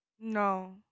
No